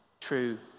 true